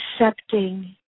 accepting